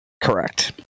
Correct